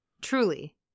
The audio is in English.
Truly